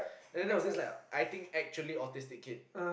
and then there was this like I think actually autistic kid